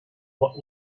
what